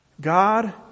God